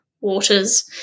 waters